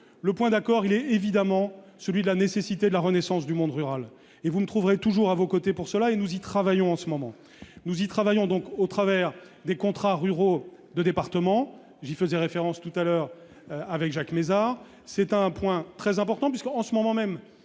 le point d'accord, il est évidemment celui de la nécessité de la renaissance du monde rural et vous ne trouverez toujours à vos côtés pour cela et nous y travaillons en ce moment, nous y travaillons donc au travers des contrats ruraux de départements, j'y faisais référence tout à l'heure avec Jacques Mézard, c'est un point très important puisque, en ce moment même,